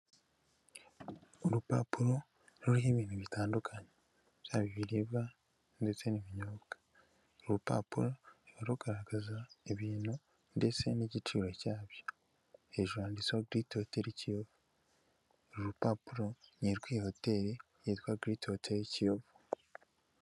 Urupapuro ruriho ibintu bitandukanye, byaba ibiribwa ndetse n'ibinyobwa, uru rupapuro ruba rugaragaza ibintu ndetse n'igiciro cyabyo, hejuru Great hoteri Kiyovu, uru rupapuro ni urw'iyi hoteli yitwa Great Hoteli Kiyovu.